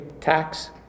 tax